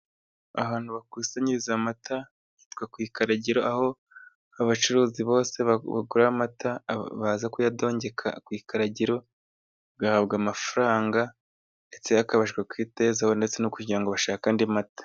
Ahantu bakusanyiriza amata hitwa ku ikaragiro, aho abacuruzi bose bagura amata bakaza kuyadondeka ku ikaragiro bagahabwa amafaranga, ndetse akabasha kwiteza imbere ndetse no kugira ngo bashake andi mata.